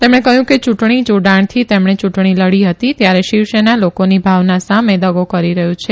તેમણે કહયું કે યુંટણી જોડાણથી તેમણે યુંટણી લડી હતી ત્યારે શિવસેના લોકોની ભાવના સામે દગો કરી રહયું છે